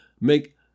make